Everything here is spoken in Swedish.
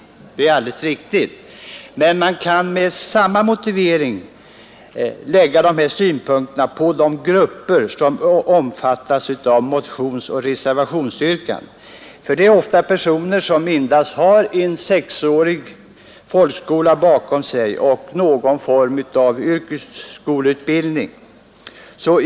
Det är alldeles riktigt. Men man kan anlägga samma synpunkter på de grupper som omfattas av motionsoch reservationsyrkandena, för det är ofta fråga om personer som endast har en sexårig folkskola bakom sig och någon form av yrkesskoleutbildning.